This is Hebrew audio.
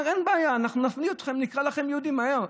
אתה אומר: אין בעיה, אנחנו נקרא לכם יהודים מהר.